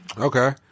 Okay